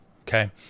okay